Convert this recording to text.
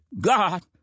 God